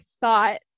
thought